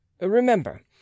Remember